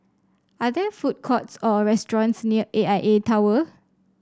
are there food courts or restaurants near A I A Tower